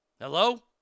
Hello